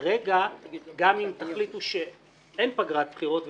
כרגע, גם אם תחליטו שאין פגרת בחירות וממשיכים,